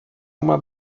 uma